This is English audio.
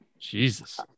Jesus